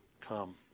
Come